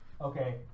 Okay